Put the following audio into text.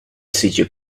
teacher